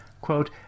quote